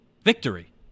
victory